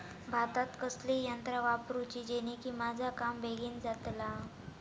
भातात कसली यांत्रा वापरुची जेनेकी माझा काम बेगीन जातला?